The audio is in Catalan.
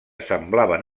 semblaven